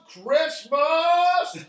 Christmas